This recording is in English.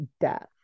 death